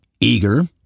Eager